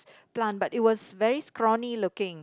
plant but it was very scrawny looking